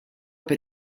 per